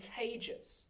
contagious